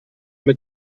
mit